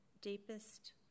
deepest